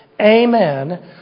Amen